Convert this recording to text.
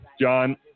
John